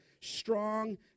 strong